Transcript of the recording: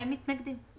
הם מתנגדים.